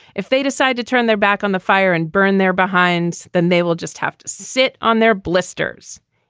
if they decide to turn their back on the fire and burn their behinds, then they will just have to sit on their blisters.